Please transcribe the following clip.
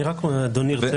אני רוצה